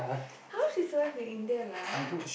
how she survive in India lah